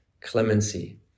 clemency